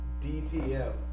DTM